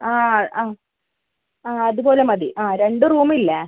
ആ ആ ആ അതുപോലെ മതി ആ രണ്ട് റൂമില്ലേ